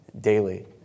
daily